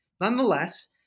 Nonetheless